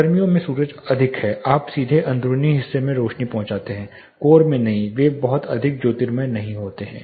गर्मियों में सूरज अधिक है आप सीधे अंदरूनी हिस्सों में रोशनी पहुंचाते हैं कोर में नहीं वे बहुत अधिक ज्योतिर्मयी नहीं होते हैं